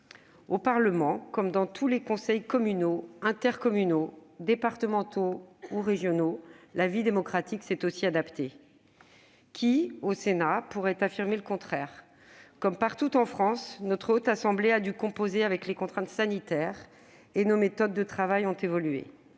Au Parlement, comme dans tous les conseils communaux, intercommunaux, départementaux ou régionaux, la vie démocratique s'est adaptée. Qui, au Sénat, pourrait affirmer le contraire ? Comme partout en France, la Haute Assemblée a dû composer avec les contraintes sanitaires, tandis que nos méthodes de travail ont évolué.